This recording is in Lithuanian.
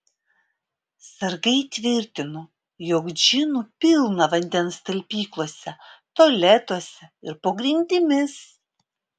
sargai tvirtino jog džinų pilna vandens talpyklose tualetuose ir po grindimis